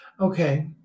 Okay